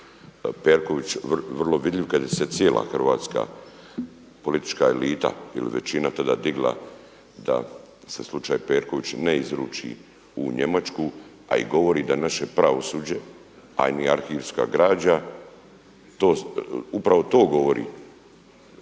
Perković vrlo vidljiv kada je se cijela hrvatska politička elita ili većina tada digla da se slučaj Perković ne izruči u Njemačku, a i govori da naše pravosuđe, a i arhivska građa upravo to govori,